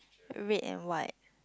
red and white